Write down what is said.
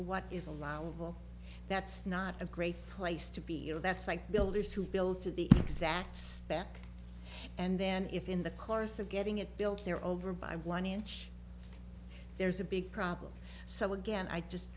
what is allowable that's not a great place to be you know that's like builders who build to the exact step and then if in the course of getting it built they're over by one inch there's a big problem so again i just